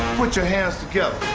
put your hands together.